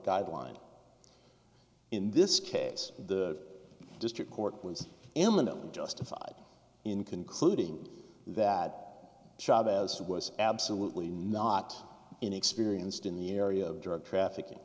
guideline in this case the district court was eminently justified in concluding that chavez was absolutely not inexperienced in the area of drug trafficking